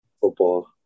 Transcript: football